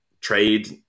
trade